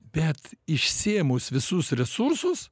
bet išsėmus visus resursus